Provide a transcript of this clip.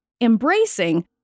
embracing